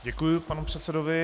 Děkuji panu předsedovi.